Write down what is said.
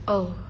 oh